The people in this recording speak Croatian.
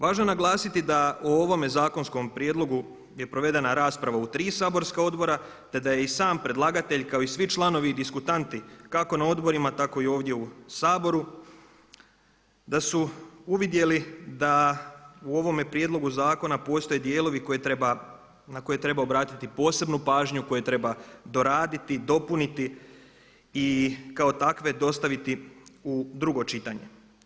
Važno je naglasiti da o ovome zakonskom prijedlogu je provedena rasprava u tri saborska odbora te da je i sam predlagatelj kao i svi članovi i diskutanti kako na odborima tako i ovdje u Saboru, da su uvidjeli da u ovome prijedlogu zakona postoje dijelovi koje treba, na koje treba obratiti posebnu pažnju, koje treba doraditi, dopuniti i kao takve dostaviti u drugo čitanje.